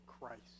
Christ